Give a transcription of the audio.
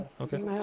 Okay